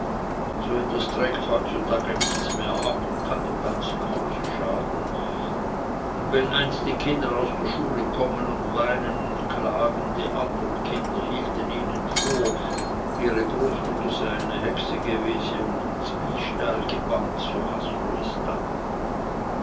so etwas trägt heutzutag nichts mehr ab und kann dem ganzen hause schaden und wenn einst die kinder aus der schule kommen und weinen und klagen die andern kinder hielten ihnen vor ihre großmutter sei eine hexe gewesen und ins bystal gebannt so hast du es dann